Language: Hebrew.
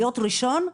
להיות ראשון?